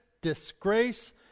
disgrace